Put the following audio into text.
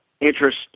interest